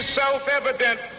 self-evident